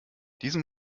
diesen